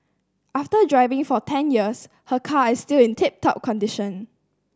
after driving for ten years her car is still in tip top condition